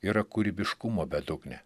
yra kūrybiškumo bedugnė